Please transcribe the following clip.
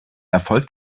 erfolg